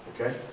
Okay